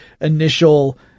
initial